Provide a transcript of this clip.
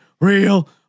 Real